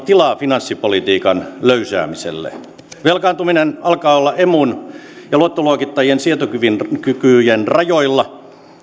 tilaa finanssipolitiikan löysäämiselle velkaantuminen alkaa olla emun ja luottoluokittajien sietokykyjen rajoilla